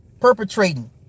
perpetrating